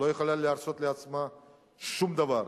היא לא יכולה להרשות לעצמה שום דבר.